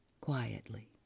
quietly